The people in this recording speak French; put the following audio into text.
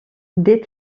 des